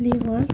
labour